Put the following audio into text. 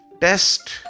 test